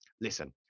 listen